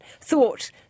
Thought